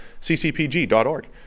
ccpg.org